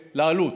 לעלות,